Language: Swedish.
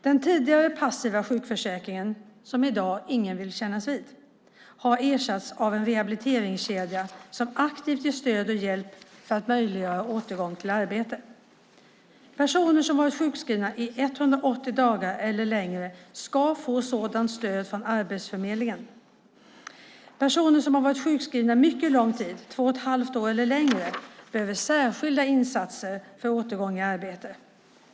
Den tidigare passiva sjukförsäkringen som ingen i dag vill kännas vid har ersatts av en rehabiliteringskedja som aktivt ger stöd och hjälp för att möjliggöra återgång i arbete. Personer som har varit sjukskrivna i 180 dagar eller längre ska få sådant stöd från Arbetsförmedlingen. Personer som har varit sjukskrivna mycket lång tid, två och ett halvt år eller längre, behöver särskilda insatser för återgång i arbete.